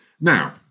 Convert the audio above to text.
Now